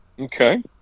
okay